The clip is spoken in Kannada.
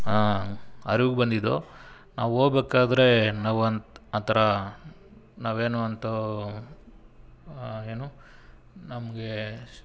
ಅರಿವು ಬಂದಿದ್ದು ನಾವು ಹೋಗ್ಬೇಕಾದ್ರೆ ನಾವು ಒಂದು ಆ ಥರ ನಾವೇನು ಅಂತೂ ಏನು ನಮಗೆ